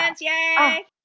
Yay